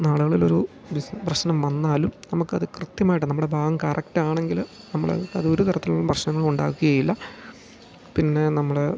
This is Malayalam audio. നാളകളിലൊരു ബിസ്ന പ്രശ്നം വന്നാലും നമുക്ക് അത് കൃത്യമായിട്ടാണ് നമ്മുടെ ഭാഗം കറക്റ്റാണെങ്കിൽ നമ്മൾ അത് ഒരു തരത്തിലുള് പ്രശ്നങ്ങളും ഉണ്ടാക്കുകയില്ല പിന്നെ നമ്മൾ